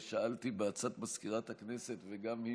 על שולחן הכנסת 3 מזכירת הכנסת ירדנה